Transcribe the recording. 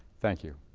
thank you.